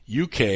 UK